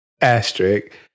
asterisk